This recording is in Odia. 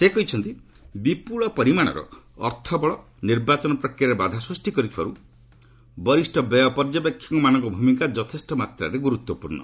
ସେ କହିଛନ୍ତି ବିପୁଳ ପରିମାଣର ଅର୍ଥବଳ ନିର୍ବାଚନ ପ୍ରକ୍ରିୟାରେ ବାଧା ସୃଷ୍ଟି କରୁଥିବାରୁ ବରିଷ୍ଣ ବ୍ୟୟ ପର୍ଯ୍ୟବେକ୍ଷକମାନଙ୍କ ଭୂମିକା ଯଥେଷ୍ଟ ମାତ୍ରାରେ ଗୁରୁତ୍ୱପୂର୍ଣ୍ଣ